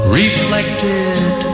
reflected